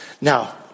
Now